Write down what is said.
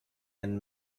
and